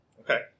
Okay